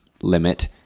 limit